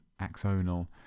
axonal